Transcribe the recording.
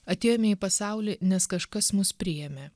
atėjome į pasaulį nes kažkas mus priėmė